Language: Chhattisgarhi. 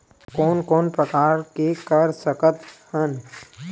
कोन कोन प्रकार के कर सकथ हन?